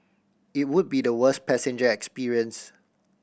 it would be the worst passenger experience